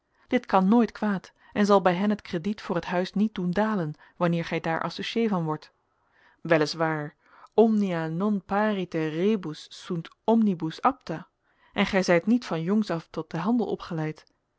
dit kan nooit kwaad en zal bij hen het crediet voor het huis niet doen dalen wanneer gij daar associé van wordt wel is waar omnia non pariter rebus sunt omnibus apta en gij zijt niet van jongs af tot den handel opgeleid